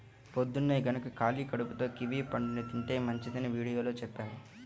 పొద్దన్నే గనక ఖాళీ కడుపుతో కివీ పండుని తింటే మంచిదని వీడియోలో చెప్పారు